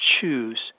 choose